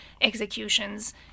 executions